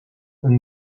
and